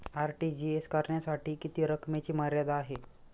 RTGS करण्यासाठी किती रकमेची मर्यादा आहे?